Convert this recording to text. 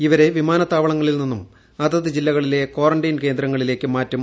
ഇവരെ വിമാനത്താവളത്തിൽ നിന്നും അതത് ജില്ലകളിലെ കാറന്റീൻ കേന്ദ്രത്തിലേക്ക് മാറ്റും